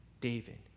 David